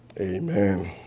amen